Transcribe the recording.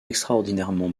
extraordinairement